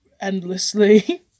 endlessly